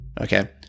okay